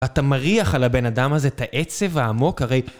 אתה מריח על הבן אדם הזה, את העצב העמוק, הרי...